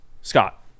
Scott